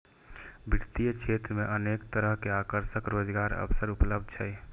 वित्तीय क्षेत्र मे अनेक तरहक आकर्षक रोजगारक अवसर उपलब्ध छै